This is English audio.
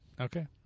Okay